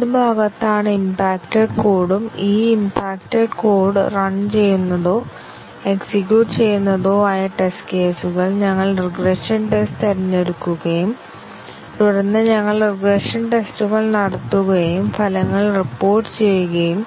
ഏത് ഭാഗത്താണ് ഇംപാക്ട്ഡ് കോഡും ഈ ഇംപാക്ട്ഡ് കോഡ് റൺ ചെയ്യുന്നതോ എക്സിക്യൂട്ട് ചെയ്യുന്നതോ ആയ ടെസ്റ്റ് കേസുകൾ ഞങ്ങൾ റിഗ്രഷൻ ടെസ്റ്റ് തിരഞ്ഞെടുക്കുകയും തുടർന്ന് ഞങ്ങൾ റിഗ്രഷൻ ടെസ്റ്റുകൾ നടത്തുകയും ഫലങ്ങൾ റിപ്പോർട്ടുചെയ്യുകയും